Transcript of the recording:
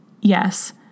Yes